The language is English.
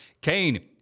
Kane